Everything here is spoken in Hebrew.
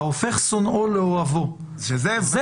ההופך שונאו לאוהבו, כך אומר אבות דרבי נתן.